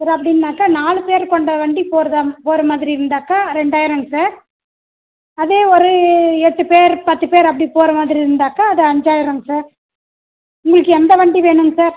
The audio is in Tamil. சார் அப்படின்னாக்க நாலுப்பேர் கொண்ட வண்டி போகிறதா போகிறமாதிரி இருந்தாக்கா ரெண்டாயிரங்க சார் அதே ஒரு எட்டுப்பேர் பத்துப்பேர் அப்படி போகிறமாதிரி இருந்தாக்கா அது அஞ்சாயிரங்க சார் உங்களுக்கு எந்த வண்டி வேணும்ங்க சார்